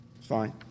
Fine